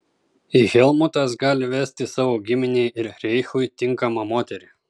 helmutas gali vesti savo giminei ir reichui tinkamą moterį